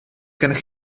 gennych